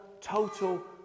total